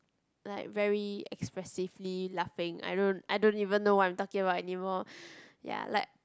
like very expressively laughing I don't I don't even know what I'm talking about anymore ya like